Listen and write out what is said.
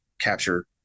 capture